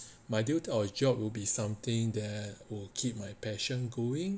my ideal type of job would be something that keeps my passion going